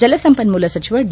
ಜಲಸಂಪನ್ಮೂಲ ಸಚಿವ ಡಿ